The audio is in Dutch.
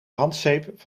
handzeep